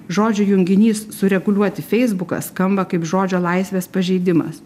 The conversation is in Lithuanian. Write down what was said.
žodžių junginys sureguliuoti feisbuką skamba kaip žodžio laisvės pažeidimas